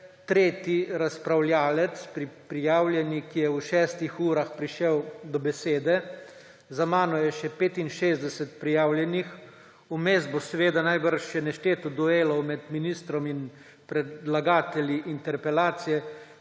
tretji prijavljeni razpravljavec, ki je v šestih urah prišel do besede, za menoj je še 65 prijavljenih, vmes bo seveda najbrž še nešteto duelov med ministrom in predlagatelji interpelacije.